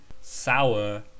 Sour